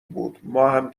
بود، ماهم